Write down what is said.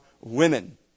women